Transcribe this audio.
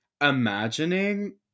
imagining